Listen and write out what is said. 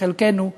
שחלקנו,